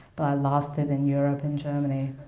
lost it in europe, in germany.